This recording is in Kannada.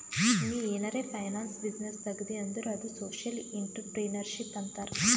ನೀ ಏನಾರೆ ಫೈನಾನ್ಸ್ ಬಿಸಿನ್ನೆಸ್ ತೆಗ್ದಿ ಅಂದುರ್ ಅದು ಸೋಶಿಯಲ್ ಇಂಟ್ರಪ್ರಿನರ್ಶಿಪ್ ಅಂತಾರ್